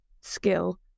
skill